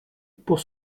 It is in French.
pour